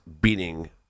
beating